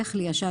וכלי השיט